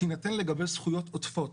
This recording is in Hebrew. תינתן לגבי זכויות עודפות.